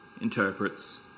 interprets